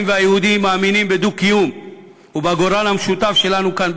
והיהודים מאמינים בדו-קיום ובגורל המשותף שלנו כאן,